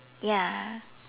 ya